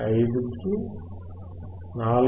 15 కి 4